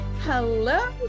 Hello